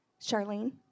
Charlene